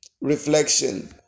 reflection